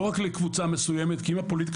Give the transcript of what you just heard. לא רק לקבוצה מסוימת כי אם הפוליטיקה